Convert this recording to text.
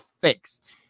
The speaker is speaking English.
fixed